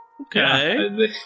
Okay